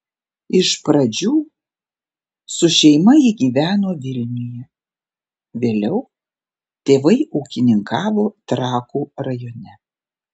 iš pradžių su šeima ji gyveno vilniuje vėliau tėvai ūkininkavo trakų rajone